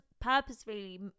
purposefully